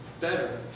better